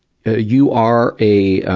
ah you are a, ah,